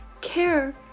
care